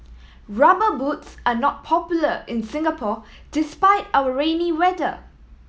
Rubber Boots are not popular in Singapore despite our rainy weather